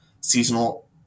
seasonal